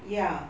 ya